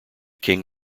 king